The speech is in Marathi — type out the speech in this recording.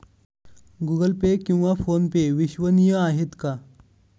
गूगल पे किंवा फोनपे विश्वसनीय आहेत का?